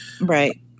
Right